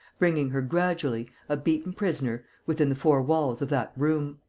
bringing her gradually, a beaten prisoner, within the four walls of that room.